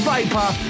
Viper